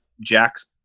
jack's